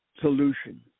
solution